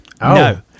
No